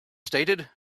stated